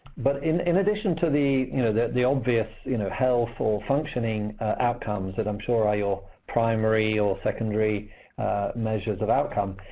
but in in addition to the you know the obvious you know health or functioning outcomes that i'm sure are your primary or secondary measures of outcome,